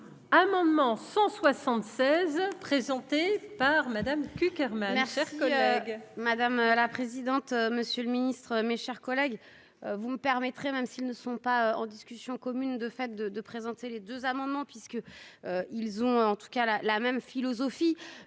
Amendement 176 présenté par Madame Cuq Hermann Maier, chers collègues. Madame la présidente, monsieur le Ministre, mes chers collègues, vous me permettrez, même s'ils ne sont pas en discussion commune de fait de de présenter les 2 amendements puisque ils ont, en tout cas la la même philosophie,